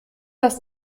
das